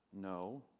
No